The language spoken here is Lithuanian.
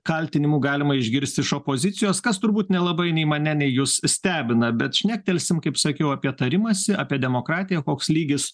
kaltinimų galima išgirsti iš opozicijos kas turbūt nelabai nei mane nei jus stebina bet šnektelsime kaip sakiau apie tarimąsi apie demokratiją koks lygis